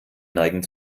neigen